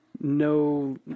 no